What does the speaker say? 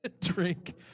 Drink